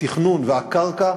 התכנון והקרקע